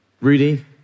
Rudy